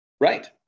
Right